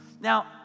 Now